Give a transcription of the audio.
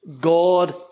God